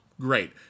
Great